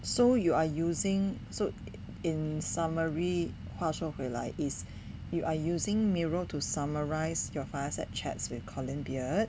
so you are using so in summary 话说回来 is you are using miro to summarise your fireside chats with colin beard